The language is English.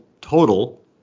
total